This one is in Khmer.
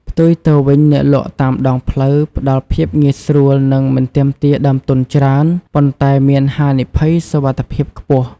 ផ្ទុយទៅវិញ អ្នកលក់តាមដងផ្លូវផ្តល់ភាពងាយស្រួលនិងមិនទាមទារដើមទុនច្រើន ប៉ុន្តែមានហានិភ័យសុវត្ថិភាពខ្ពស់។